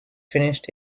finished